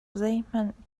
zeihmanh